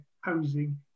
housing